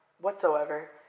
Whatsoever